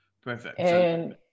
Perfect